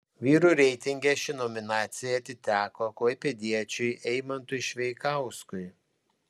vyrų reitinge ši nominacija atiteko klaipėdiečiui eimantui šveikauskui